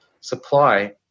supply